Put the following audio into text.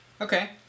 Okay